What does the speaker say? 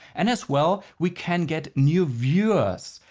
and as well we can get new viewers,